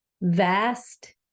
Vast